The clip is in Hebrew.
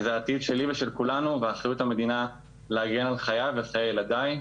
זה העתיד שלי ושל כולנו ואחריות המדינה להגן על חיי וחיי ילדיי.